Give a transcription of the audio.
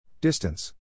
Distance